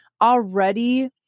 already